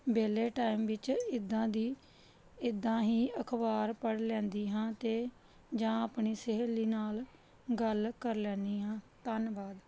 ਵਿਹਲੇ ਟਾਈਮ ਵਿੱਚ ਇੱਦਾਂ ਦੀ ਇੱਦਾਂ ਹੀ ਅਖ਼ਬਾਰ ਪੜ੍ਹ ਲੈਂਦੀ ਹਾਂ ਅਤੇ ਜਾਂ ਆਪਣੀ ਸਹੇਲੀ ਨਾਲ ਗੱਲ ਕਰ ਲੈਂਦੀ ਹਾਂ ਧੰਨਵਾਦ